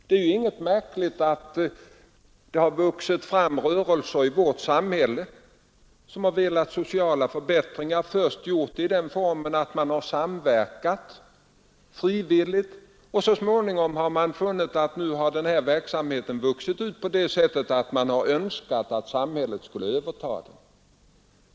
Det är inget märkligt i att det vuxit fram rörelser i vårt samhälle som velat ha sociala förbättringar och som först sökt få fram dem i form av frivillig samverkan; så småningom har man funnit att verksamheten vuxit ut på sådant sätt att samhället borde överta den.